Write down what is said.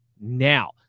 now